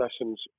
lessons